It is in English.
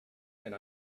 and